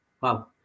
wow